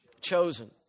Chosen